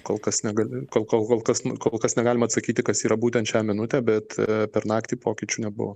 kol kas negali kol kol kas kol kas negalim atsakyti kas yra būtent šią minutę bet per naktį pokyčių nebuvo